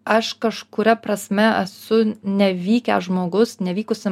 aš kažkuria prasme esu nevykęs žmogus nevykusi